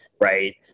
right